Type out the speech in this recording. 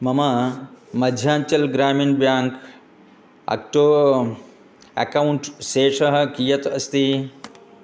मम मध्याञ्चल् ग्रामिन् बेङ्क् अक्टो अकौण्ट् शेषः कियत् अस्ति